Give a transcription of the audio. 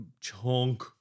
chunk